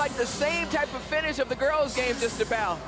like the same type of finish of the girls game just about